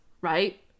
right